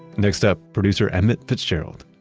next up producer emmet fitzgerald